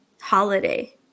holiday